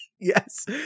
Yes